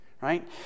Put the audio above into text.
Right